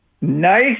nice